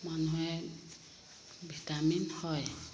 মানুহে ভিটামিন হয়